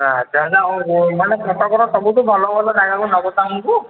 ହଁ ତାହେନେ ଆମକୁ ମାନେ କଟକର ସବୁଠୁ ଭଲ ଭଲ ଜାଗାକୁ ନବ ତ ଆମକୁ